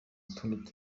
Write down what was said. tundi